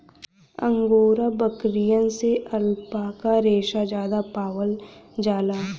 angora बकरियन से alpaca रेसा जादा पावल जाला